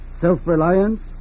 Self-reliance